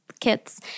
Kits